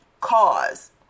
cause